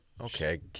Okay